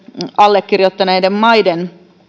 allekirjoittaneista maista tulevien